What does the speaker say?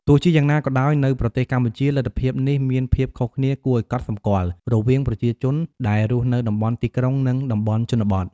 ទោះជាយ៉ាងណាក៏ដោយ នៅប្រទេសកម្ពុជា លទ្ធភាពនេះមានភាពខុសគ្នាគួរឱ្យកត់សំគាល់រវាងប្រជាជនដែលរស់នៅ តំបន់ទីក្រុង និង តំបន់ជនបទ។